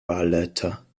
wahlleiter